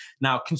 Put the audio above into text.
Now